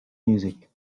music